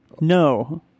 No